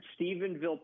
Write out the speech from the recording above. Stephenville